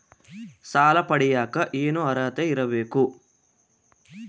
ಸಾಲ ಪಡಿಯಕ ಏನು ಅರ್ಹತೆ ಇರಬೇಕು?